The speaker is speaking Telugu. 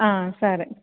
సరే